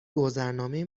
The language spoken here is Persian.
گذرنامه